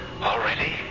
Already